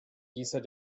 dieser